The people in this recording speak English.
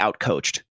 outcoached